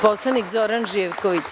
Poslanik Zoran Živković.